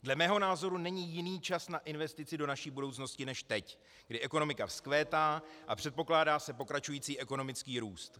Dle mého názoru není jiný čas na investici do naší budoucnosti než teď, kdy ekonomika vzkvétá a předpokládá se pokračující ekonomický růst.